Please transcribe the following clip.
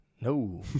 No